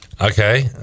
okay